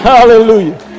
Hallelujah